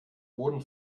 boden